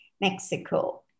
Mexico